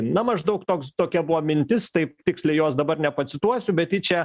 na maždaug toks tokia buvo mintis taip tiksliai jos dabar nepacituosiu bet ji čia